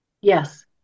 yes